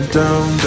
down